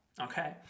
okay